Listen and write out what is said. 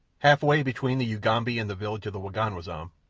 halfway between the ugambi and the village of the waganwazam,